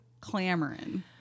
clamoring